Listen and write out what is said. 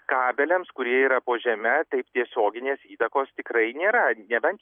kabeliams kurie yra po žeme taip tiesioginės įtakos tikrai nėra nebent